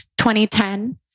2010